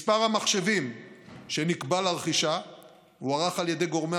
מספר המחשבים שנקבע לרכישה הוערך על ידי גורמי